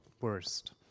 worst